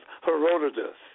Herodotus